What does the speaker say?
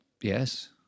Yes